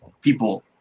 people